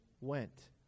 went